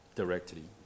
directly